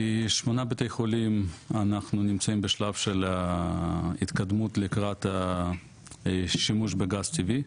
בשמונה בתי חולים אנחנו נמצאים בשלב של ההתקדמות לקראת השימוש בגז טבעי,